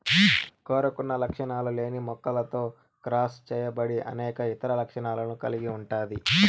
కోరుకున్న లక్షణాలు లేని మొక్కతో క్రాస్ చేయబడి అనేక ఇతర లక్షణాలను కలిగి ఉంటాది